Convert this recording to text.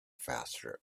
faster